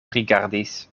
rigardis